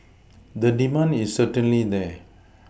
the demand is certainly there